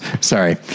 sorry